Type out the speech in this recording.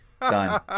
Done